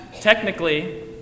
technically